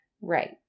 Right